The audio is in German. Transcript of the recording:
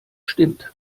stimmt